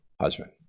husband